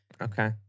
Okay